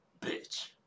bitch